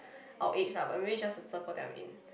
our age lah but maybe it's just the circle that I'm in